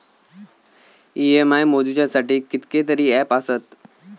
EMI मोजुच्यासाठी कितकेतरी app आसत